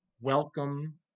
welcome